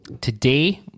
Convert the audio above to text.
today